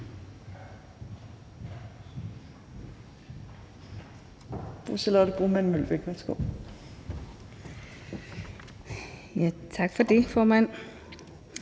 Tak for det, formand.